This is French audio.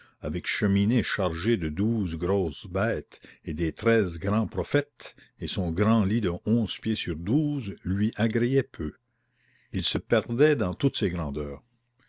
avec cheminée chargée de douze grosses bêtes et des treize grands prophètes et son grand lit de onze pieds sur douze lui agréaient peu il se perdait dans toutes ces grandeurs